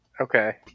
Okay